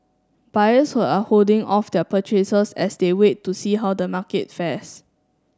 buyers who are holding off their purchases as they wait to see how the market fares